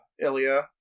Ilya